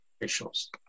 officials